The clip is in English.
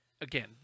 Again